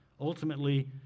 Ultimately